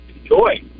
enjoy